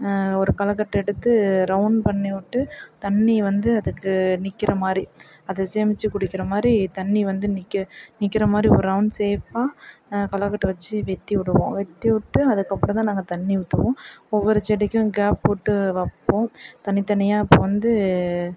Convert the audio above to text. ஒரு களைக்கட்ட எடுத்து ரௌண்ட் பண்ணிவிட்டு தண்ணி வந்து அதுக்கு நிற்கற மாதிரி அது சேமித்துக் குடிக்கிற மாதிரி தண்ணி வந்து நிற்க நிற்கற மாதிரி ஒரு ரௌண்ட் சேப்பாக களைக்கட்டு வச்சு வெட்டிவிடுவோம் வெட்டிவிட்டு அதுக்கப்புறம் தான் தண்ணி ஊற்றுவோம் ஒவ்வொரு செடிக்கும் கேப் விட்டு வைப்போம் தனித்தனியாக இப்போ வந்து